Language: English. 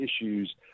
issues